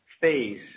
phase